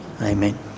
Amen